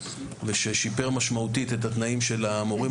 ששיפר משמעותית את התנאים של המורים.